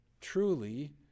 truly